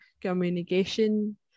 communication